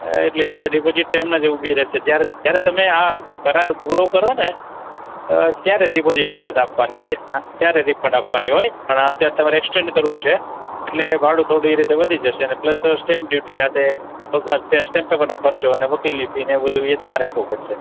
એ એટલે એ તો ડિપોઝિટ તો એમ જ ઊભી રહેશે જ્યારે જ્યારે તમે આ કરાર પૂરો કરોને ત્યારે ડિપોઝિટ પરત આપવાની છે હા ત્યારે રિફંડ આપવાની હોય પણ આ અત્યારે તમારે એક્સટેન્ડ કરવું છે એટલે ભાડું થોડું રીતે વધી જશે અને પ્લસ સ્ટેમ્પ ડયુટી આ તે સ્ટેમપેપરનો ખર્ચોને વકીલની ફીને એવું બધું એ એ તમારે આપવું પડશે